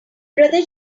brother